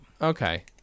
okay